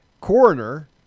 coroner